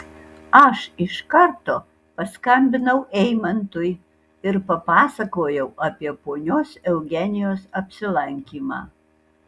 aš iš karto paskambinau eimantui ir papasakojau apie ponios eugenijos apsilankymą